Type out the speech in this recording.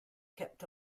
kept